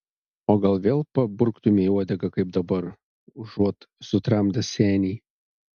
o gal vėl pabruktumei uodegą kaip dabar užuot sutramdęs senį